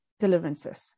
deliverances